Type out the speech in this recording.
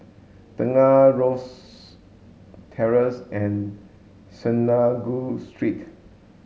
Tengah Rosyth Terrace and Synagogue Street